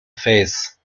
phase